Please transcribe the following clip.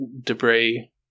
debris